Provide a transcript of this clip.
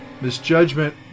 Misjudgment